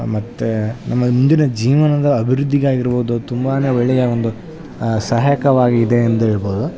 ಮತ್ತು ನಮ್ಮ ಮುಂದಿನ ಜೀವನದ ಅಭಿವೃದ್ಧಿಗಾಗಿರ್ಬೌದು ತುಂಬಾ ಒಳ್ಳೆಯ ಒಂದು ಸಹಾಯಕವಾಗಿದೆ ಎಂದು ಹೇಳ್ಬೌದು